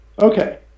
Okay